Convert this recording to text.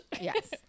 Yes